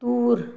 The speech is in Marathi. तूर